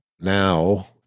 now